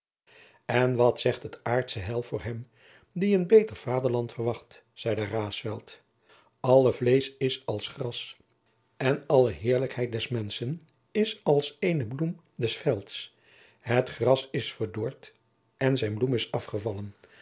en wat zegt het aardsche heil voor hem die een beter vaderland verwacht zeide raesfelt alle vleesch is als gras en alle heerlijkheid des menschen is als eene bloem des velds het gras is verdord en zijn bloem is afgevallen